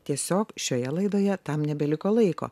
tiesiog šioje laidoje tam nebeliko laiko